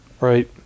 Right